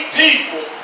people